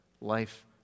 life